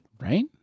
Right